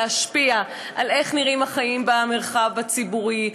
להשפיע על איך נראים החיים במרחב הציבורי,